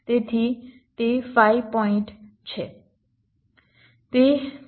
તેથી તે 5 પોઇન્ટ છે તે 3